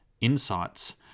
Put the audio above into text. insights